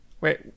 Wait